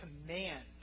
command